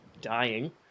dying